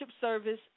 service